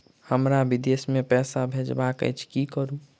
हमरा विदेश मे पैसा भेजबाक अछि की करू?